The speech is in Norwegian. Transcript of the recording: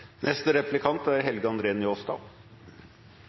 Neste taler er representanten Helge